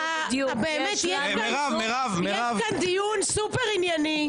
יש כאן דיון סופר ענייני.